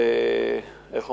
ואיך אומרים,